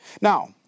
Now